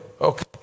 okay